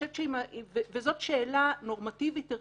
וזאת שאלה נורמטיבית ערכית,